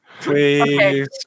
Please